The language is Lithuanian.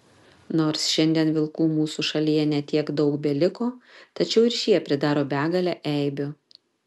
nors šiandien vilkų mūsų šalyje ne tiek daug beliko tačiau ir šie pridaro begalę eibių